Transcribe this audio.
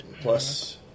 plus